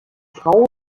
frau